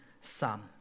son